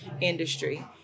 industry